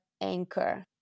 anchor